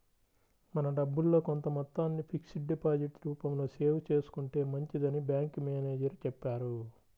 మన డబ్బుల్లో కొంత మొత్తాన్ని ఫిక్స్డ్ డిపాజిట్ రూపంలో సేవ్ చేసుకుంటే మంచిదని బ్యాంకు మేనేజరు చెప్పారు